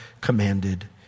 commanded